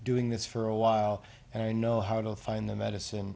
doing this for a while and i know how to find the medicine